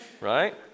Right